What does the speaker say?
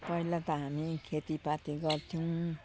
पहिला त हामी खेतीपाती गर्थ्यौँ